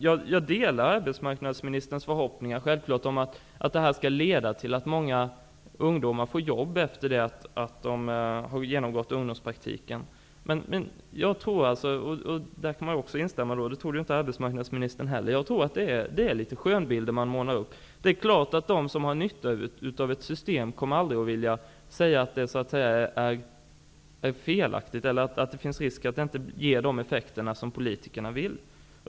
Jag delar självklart arbetsmarknadsministerns förhoppningar att åtgärderna skall leda till att många ungdomar får jobb efter det att de har genomgått ungdomspraktiken. Men jag tror att företagen målar upp skönbilder. Där kan jag också instämma med arbetsmarknadsministern, för det trodde han också. Det är klart att de som har nytta av ett system aldrig kommer att säga att det är felaktigt eller att det finns risk för att det inte ger de effekter som politikerna vill.